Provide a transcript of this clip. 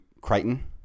Crichton